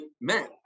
man